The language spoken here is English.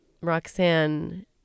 Roxanne